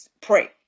pray